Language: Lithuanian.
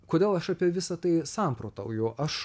kodėl aš apie visa tai samprotauju aš